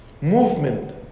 Movement